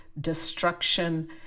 destruction